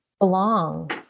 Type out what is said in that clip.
belong